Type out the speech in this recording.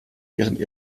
ihren